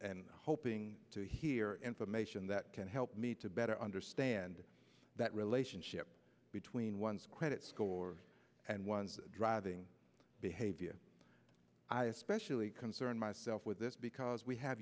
and hoping to hear information that can help me to better understand that relationship between one's credit score and one's driving behavior i especially concern myself with this because we have